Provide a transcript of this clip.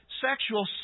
sexual